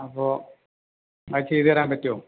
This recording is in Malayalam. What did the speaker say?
അപ്പോൾ അത് ചെയ്തുതരാൻ പറ്റുമോ